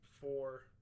Four